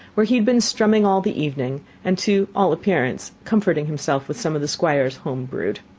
where he had been strumming all the evening, and to all appearance comforting himself with some of the squire's home-brewed.